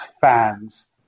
fans